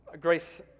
Grace